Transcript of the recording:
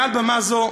מעל במה זו,